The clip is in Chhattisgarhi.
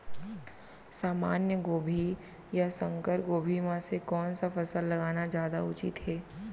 सामान्य गोभी या संकर गोभी म से कोन स फसल लगाना जादा उचित हे?